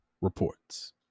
reports